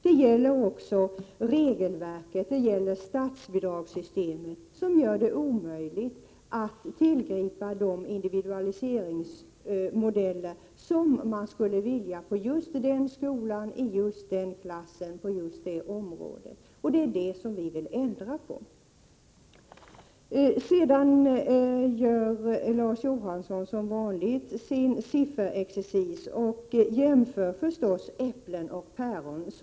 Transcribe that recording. Det gäller också regelverket och statsbidragssystemet, som gör det omöjligt att tillgripa de individualiseringsmodeller som man skulle vilja på en speciell skola i en speciell klass på ett speciellt område. Det är detta vi vill ändra på. Larz Johansson utför som vanligt sin sifferexercis och jämför äpplen och päron.